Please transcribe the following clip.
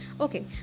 okay